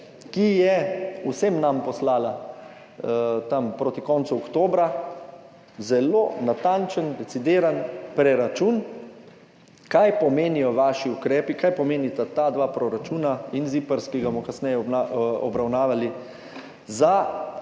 ga je vsem nam poslala tam proti koncu oktobra, zelo natančen decidiran preračun, kaj pomenijo vaši ukrepi, kaj pomenita ta dva proračuna in ZIPRS, ki ga bomo kasneje obravnavali,